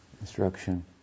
instruction